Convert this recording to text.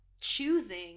choosing